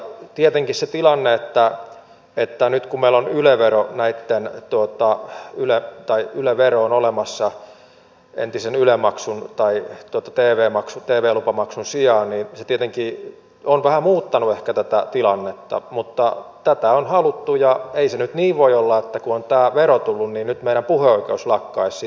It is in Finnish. tietenkin se tilanne että nyt kumelan yle vero näyttää tuottava meillä on yle vero olemassa entisen tv lupamaksun sijaan on ehkä vähän muuttanut tätä tilannetta mutta tätä on haluttu ja ei se nyt niin voi olla että kun on tämä vero tullut niin nyt meidän puheoikeutemme tästä sitten lakkaisi